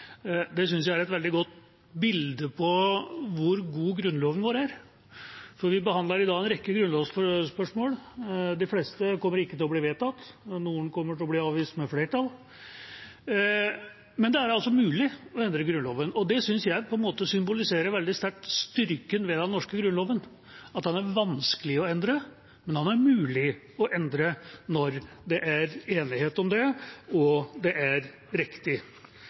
er et veldig godt bilde på hvor god grunnloven vår er. Vi behandler i dag en rekke grunnlovsforslag. De fleste kommer ikke til å bli vedtatt. Noen kommer til å bli avvist med flertall. Men det er mulig å endre Grunnloven, og det synes jeg symboliserer veldig sterkt styrken ved den norske grunnloven: Den er vanskelig å endre, men det er mulig å endre den når det er enighet om det, og når det er riktig.